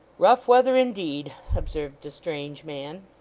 rough weather indeed observed the strange man.